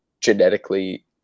genetically